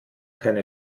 keine